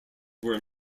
were